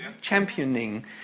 championing